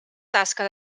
tasca